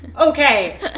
Okay